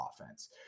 offense